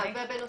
בנוסף,